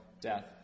death